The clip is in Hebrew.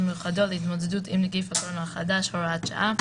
מיוחדות להתמודדות עם נגיף הקורונה החדש (הוראת שעה),